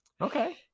Okay